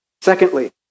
Secondly